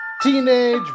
Teenage